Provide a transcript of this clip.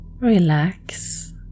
relax